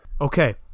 Okay